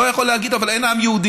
לא יכול להגיד: אבל אין עם יהודי,